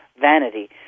vanity